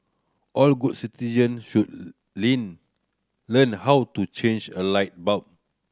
all good citizens should learn how to change a light bulb